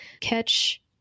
Catch